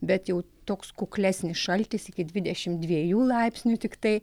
bet jau toks kuklesnis šaltis iki dvidešimt dviejų laipsnių tiktai